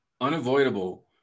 unavoidable